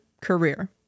career